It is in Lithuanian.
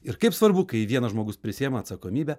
ir kaip svarbu kai vienas žmogus prisiema atsakomybę